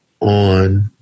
on